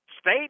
state